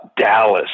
Dallas